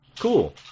Cool